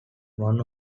one